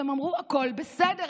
והם אמרו: הכול בסדר.